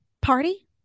party